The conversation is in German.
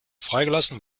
freigelassen